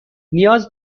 نیاز